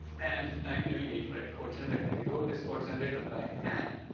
and you know you need to write a code generator. you wrote this code generator by hand.